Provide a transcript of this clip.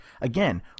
Again